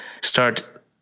start